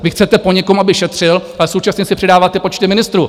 Vy chcete po někom, aby šetřil, ale současně si přidáváte počty ministrů!